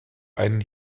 einen